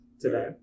today